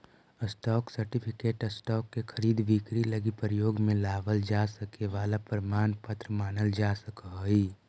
stock certificate stock के खरीद बिक्री लगी प्रयोग में लावल जा सके वाला प्रमाण पत्र मानल जा सकऽ हइ